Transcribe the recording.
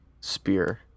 spear